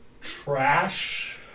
Trash